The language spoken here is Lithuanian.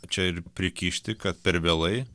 čia ir prikišti kad per vėlai